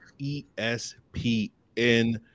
ESPN